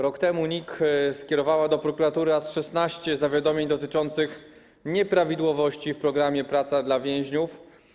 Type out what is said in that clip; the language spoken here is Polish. Rok temu NIK skierowała do prokuratury aż 16 zawiadomień dotyczących nieprawidłowości w programie „Praca dla więźniów”